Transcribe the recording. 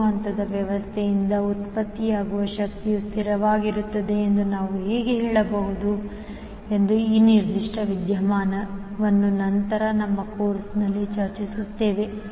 3 ಹಂತದ ವ್ಯವಸ್ಥೆಯಿಂದ ಉತ್ಪತ್ತಿಯಾಗುವ ಶಕ್ತಿಯು ಸ್ಥಿರವಾಗಿರುತ್ತದೆ ಎಂದು ನಾವು ಹೇಗೆ ಹೇಳಬಹುದು ಎಂದು ಈ ನಿರ್ದಿಷ್ಟ ವಿದ್ಯಮಾನವು ನಂತರ ನಮ್ಮ ಕೋರ್ಸ್ನಲ್ಲಿ ಚರ್ಚಿಸುತ್ತದೆ